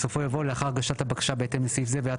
בסופו יבוא 'לאחר הגשת הבקשה בהתאם לסעיף זה ועד